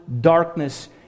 darkness